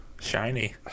Shiny